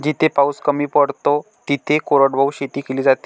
जिथे पाऊस कमी पडतो तिथे कोरडवाहू शेती केली जाते